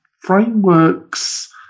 frameworks